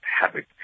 habit